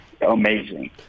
amazing